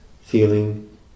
feeling